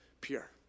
pure